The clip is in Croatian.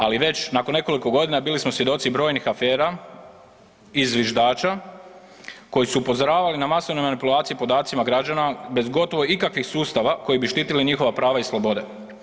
Ali već nakon nekoliko godina bili smo svjedoci brojnih afera i zviždača koji su upozoravali na masovne manipulacije podacima građana bez gotovo ikakvih sustava koji bi štitili njihova prava i slobode.